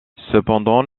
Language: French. cependant